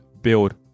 build